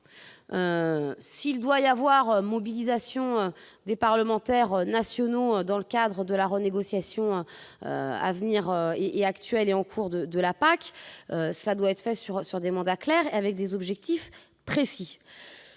S'il doit y avoir mobilisation des parlementaires nationaux dans le cadre de la renégociation en cours de la PAC, cela doit être selon un mandat clair, avec des objectifs précis.